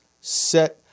set